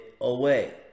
away